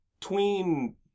tween